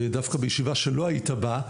ודווקא בישיבה שלא היית בה,